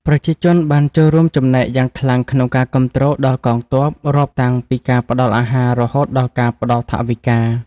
ប្រជាជនបានចូលរួមចំណែកយ៉ាងខ្លាំងក្នុងការគាំទ្រដល់កងទ័ព រាប់តាំងពីការផ្តល់អាហារ រហូតដល់ការផ្តល់ថវិកា។